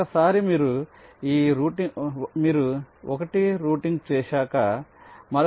ఒకసారి మీరు 1 రూటింగ్ చేశాక మరొక క్రమాన్ని కనుగొనవచ్చు